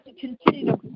continue